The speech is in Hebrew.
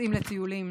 יוצאים לטיולים,